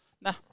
Nah